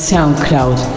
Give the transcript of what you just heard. Soundcloud